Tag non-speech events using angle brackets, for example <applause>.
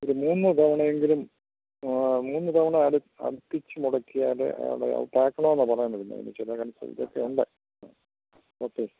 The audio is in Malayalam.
ഒരു മൂന്ന് തവണയെങ്കിലും മൂന്ന് തവണ അട് അടുപ്പിച്ച് മുടക്കിയാൽ ഏതാണ്ട് <unintelligible> പിന്നെ നിശ്ചയമില്ല കാരണം ഇതൊക്കെ ഉണ്ട് ആ ഓക്കെ